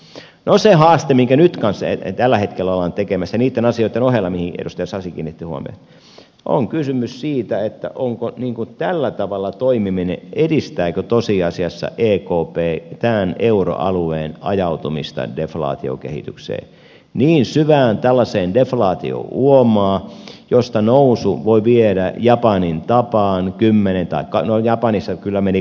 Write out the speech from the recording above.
se haaste minkä kanssa nyt tällä hetkellä ollaan tekemisissä niitten asioitten ohella mihin edustaja sasi kiinnitti huomiota on se edistääkö ekpn tällä tavalla toimiminen tosiasiassa tämän euroalueen ajautumista deflaatiokehitykseen niin syvään tällaiseen deflaatiouomaan josta nousu voi viedä japanin tapaan kymmenen tai kaksikymmentä vuotta no japanissa kyllä meni kaksikymmentä vuotta